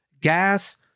gas